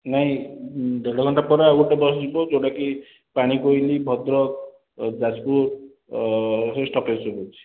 ନାହିଁ ଦେଢ଼ ଘଣ୍ଟା ପରେ ଆଉ ଗୋଟେ ବସ୍ ଯିବ ଯେଉଁଟା କି ପାଣି କୋଇଲି ଭଦ୍ରକ ଯାଜପୁର ସେଇ ଷ୍ଟପେଜ୍ରେ ରହୁଛି